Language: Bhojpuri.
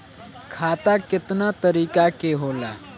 खाता केतना तरीका के होला?